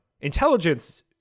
Intelligence